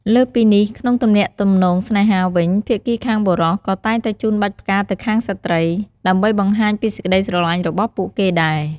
លើសពីនេះ ក្នុងទំនាក់ទំនងស្នេហាវិញ ភាគីខាងបុរសក៏តែងតែជូនបាច់ផ្កាទៅខាងស្ត្រី ដើម្បីបង្ហាញពីសេចក្ដីស្រឡាញ់របស់ពួកគេដែរ។